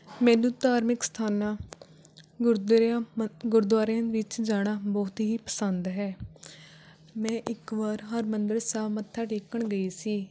ਮੈਨੂੰ ਧਾਰਮਿਕ ਅਸਥਾਨਾਂ ਗੁਰਦੁਆਰਿਆਂ ਗੁਰਦੁਆਰਿਆਂ ਵਿੱਚ ਜਾਣਾ ਬਹੁਤ ਹੀ ਪਸੰਦ ਹੈ ਮੈਂ ਇੱਕ ਵਾਰ ਹਰਿਮੰਦਰ ਸਾਹਿਬ ਮੱਥਾ ਟੇਕਣ ਗਈ ਸੀ